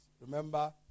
Remember